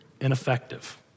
ineffective